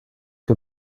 que